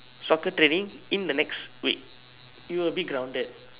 soccer training in the next week you will be grounded